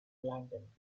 london